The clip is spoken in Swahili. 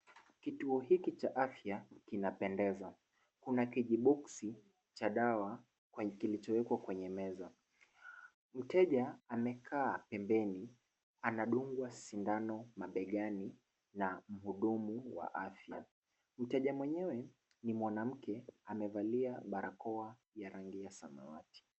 Kituo hiki cha afya kinapendeza. Kuna kijiboksi cha dawa kilichowekwa kwenye meza. Mteja amekaa pembeni, anadungwa sindano mabegani na mhudumu wa afya. Mteja mwenyewe ni mwanamke amevalia barakoa ya rangi ya samawati.